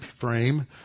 frame